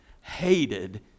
hated